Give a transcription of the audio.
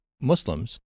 Muslims